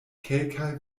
kelkaj